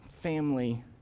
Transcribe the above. family